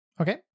Okay